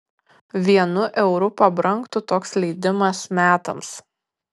vienu euru pabrangtų toks leidimas metams